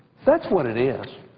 that's what it is.